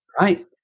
right